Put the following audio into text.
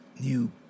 new